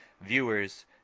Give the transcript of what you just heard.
viewers